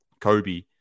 Kobe